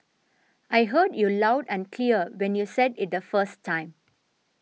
I heard you loud and clear when you said it the first time